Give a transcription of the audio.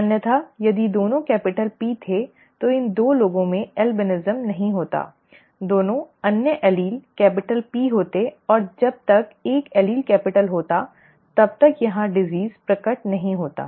अन्यथा यदि दोनों कैपिटल P थे तो इन 2 लोगों में ऐल्बिनिज़म नहीं होता दोनों अन्य एलील कैपिटल P होते और जब तक एक एलील कैपिटल होता तब तक यहाँ रोग प्रकट नहीं होता